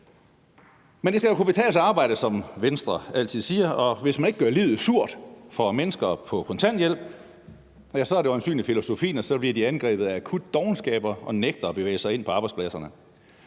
Men det skal jo kunne betale sig at arbejde, som Venstre altid siger, og hvis man ikke gør livet surt for mennesker på kontanthjælp – det er øjensynlig filosofien – bliver de angrebet af akut dovenskab og nægter at bevæge sig ind på arbejdspladserne.